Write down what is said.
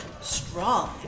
strong